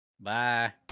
Bye